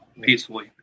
peacefully